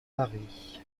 paris